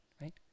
right